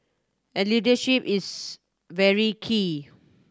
and leadership is very key